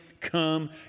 come